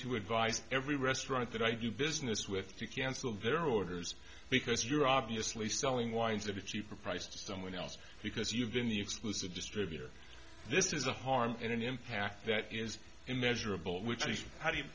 to advise every restaurant that i do business with to cancel their orders because you're obviously selling wines of a cheaper price to someone else because you've been the exclusive distributor this is the harm in an impact that is in measurable which is how do you